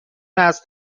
است